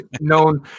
Known